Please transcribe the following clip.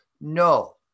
no